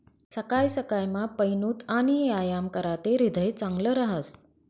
सकाय सकायमा पयनूत आणि यायाम कराते ह्रीदय चांगलं रहास